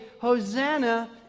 Hosanna